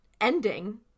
ending